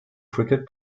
cricket